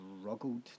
struggled